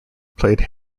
played